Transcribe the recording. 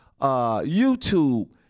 YouTube